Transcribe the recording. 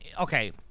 Okay